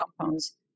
compounds